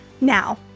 Now